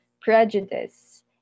prejudice